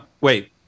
wait